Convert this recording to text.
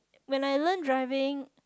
when I learn driving